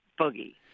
boogie